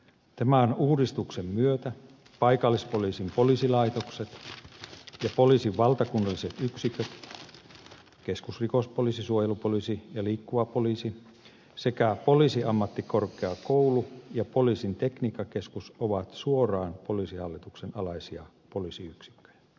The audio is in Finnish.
tämän uudistuksen myötä paikallispoliisin poliisilaitokset ja poliisin valtakunnalliset yksiköt keskusrikospoliisi suojelupoliisi ja liikkuva poliisi sekä poliisiammattikorkeakoulu ja poliisin tekniikkakeskus ovat suoraan poliisihallituksen alaisia poliisiyksikköjä